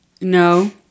No